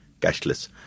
cashless